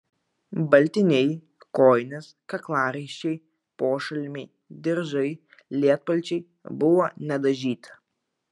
baltiniai kojinės kaklaraiščiai pošalmiai diržai lietpalčiai buvo nedažyti